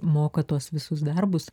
moka tuos visus darbus